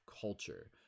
culture